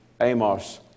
Amos